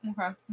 okay